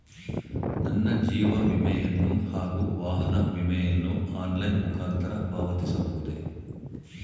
ನನ್ನ ಜೀವ ವಿಮೆಯನ್ನು ಹಾಗೂ ವಾಹನ ವಿಮೆಯನ್ನು ಆನ್ಲೈನ್ ಮುಖಾಂತರ ಪಾವತಿಸಬಹುದೇ?